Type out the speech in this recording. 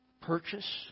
purchase